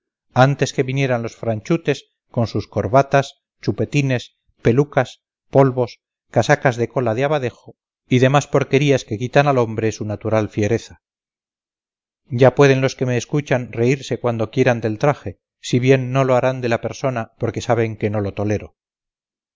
antes de que vinieran los franchutes con sus corbatas chupetines pelucas polvos casacas de cola de abadejo y demás porquerías que quitan al hombre su natural fiereza ya pueden los que me escuchan reírse cuanto quieran del traje si bien no lo harán de la persona porque saben que no lo tolero